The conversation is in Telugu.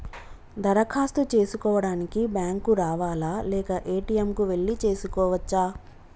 దరఖాస్తు చేసుకోవడానికి బ్యాంక్ కు రావాలా లేక ఏ.టి.ఎమ్ కు వెళ్లి చేసుకోవచ్చా?